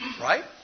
right